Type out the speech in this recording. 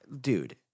Dude